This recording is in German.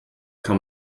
kann